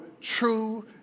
true